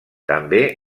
també